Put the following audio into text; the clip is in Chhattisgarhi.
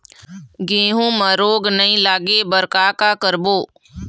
गेहूं म रोग नई लागे बर का का करबो?